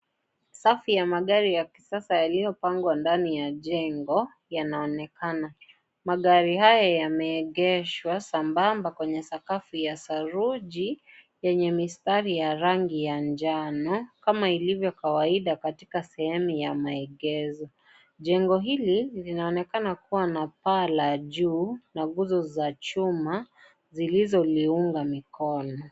Safi ya magari ya kisasa yaliyopangwa ndani ya jengo, yanaonekana. Magari haya yameegeshwa sambamba kwenye sakafu ya saruji, yenye mistari ya rangi ya njano, kama ilivyo kawaida katika sehemu ya maegesho. Jengo hili linaonekana kuwa na paa la juu na nguzo za chuma zilizoliunga mikono